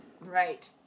Right